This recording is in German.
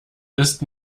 ist